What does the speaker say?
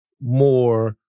more